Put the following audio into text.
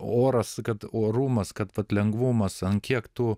oras kad orumas kad vat lengvumas kiek tu